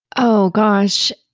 oh, gosh.